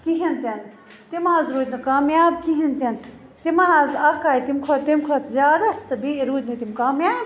کِہیٖنۍ تہِ نہٕ تِم حظ روٗدۍ نہٕ کامیاب کِہیٖنۍ تہِ نہٕ تِمہٕ حظ اَکھ آے تَمہِ کھۄتہٕ تَمہِ کھۄتہٕ زیادَس تہٕ بیٚیہِ روٗدۍ نہٕ تِم کامیاب